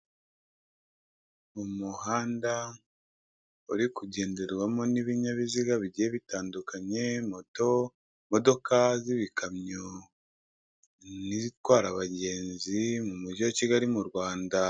Mu muhanda uri kugenderwamo n'ibinyabiziga bigiye bitandukanye, moto, imodoka z'ibikamyo n'izitwara abagenzi mu mujyi wa Kigali mu Rwanda.